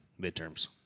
midterms